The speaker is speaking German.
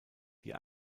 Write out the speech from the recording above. die